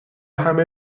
همه